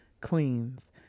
queens